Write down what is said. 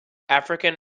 african